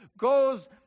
goes